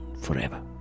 forever